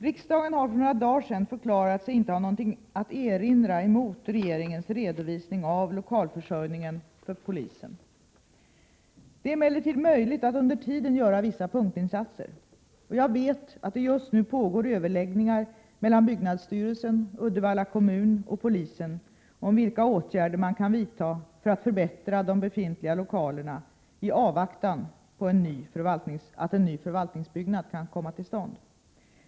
Riksdagen har för några dagar sedan förklarat sig inte ha något att erinra mot regeringens redovisning av lokalförsörjningen för polisen. Det är emellertid möjligt att under tiden göra vissa punktinsatser. Jag vet att det just nu pågår överläggningar mellan byggnadsstyrelsen, Uddevalla kommun och polisen om vilka åtgärder man kan vidta för att förbättra de befintliga lokalerna i avvaktan på att en ny förvaltningsbyggnad kan komma till stånd.